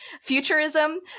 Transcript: futurism